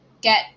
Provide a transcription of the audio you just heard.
get